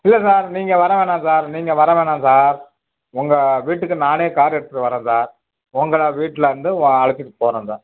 சரி நான் நீங்கள் வர வேணா சார் நீங்கள் வர வேணா சார் உங்க வீட்டுக்கு நானே கார் எடுத்துகிட்டு வர்றேன் சார் உங்களை வீட்லேருந்து ஒ அழைச்சிட்டு போகிறேன் சார்